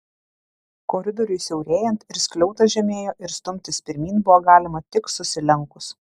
koridoriui siaurėjant ir skliautas žemėjo ir stumtis pirmyn buvo galima tik susilenkus